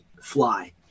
fly